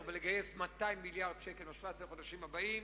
ולגייס 200 מיליארד שקל ב-17 החודשים הבאים,